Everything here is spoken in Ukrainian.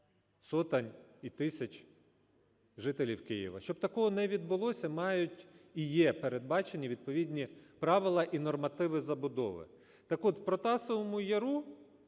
сотень і тисяч жителів Києва. Щоб такого не відбулося, мають і є передбачені відповідні правила і нормативи забудови. Так от у Протасову Яру